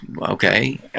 okay